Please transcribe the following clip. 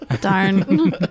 Darn